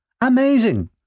Amazing